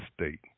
state